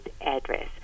address